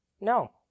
No